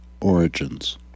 origins